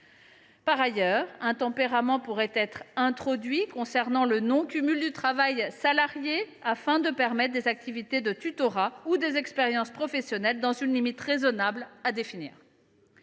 Par ailleurs, un tempérament pourrait être introduit concernant le non cumul avec un travail salarié afin de permettre des activités de tutorat ou des expériences professionnelles dans une limite raisonnable à définir.